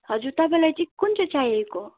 हजुर तपाईँलाई चाहिँ कुन चाहिँ चाहिएको